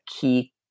key